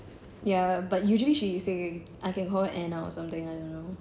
ya but usually she is signing I can or something I don't know